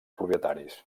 propietaris